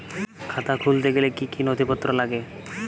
খাতা খুলতে গেলে কি কি নথিপত্র লাগে?